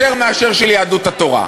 יותר מאשר של יהדות התורה.